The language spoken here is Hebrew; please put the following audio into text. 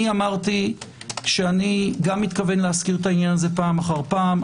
אני אמרתי שאני מתכוון להזכיר את העניין הזה פעם אחר פעם.